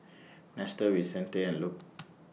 Nestor Vicente and Luc